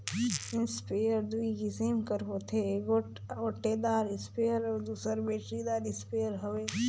sprayer दूई किसिम कर होथे एगोट ओटेदार इस्परे अउ दूसर बेटरीदार इस्परे हवे